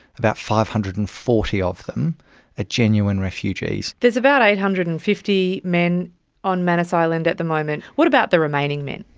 about five hundred and forty of them are genuine refugees. there's about eight hundred and fifty men on manus island at the moment. what about the remaining men?